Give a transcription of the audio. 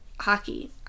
hockey